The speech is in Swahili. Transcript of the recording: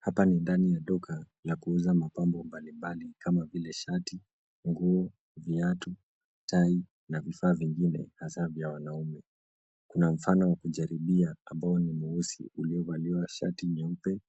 Hapa ni ndani ya duka la kuuza mapambo mbalimbali kama vile shati, nguo, viatu, tai na vifaa vingine hasa vya wanaume. Kuna mfano wa kujaribia ambao ni mweyeusi uliovalia shati nyeupe